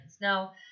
Now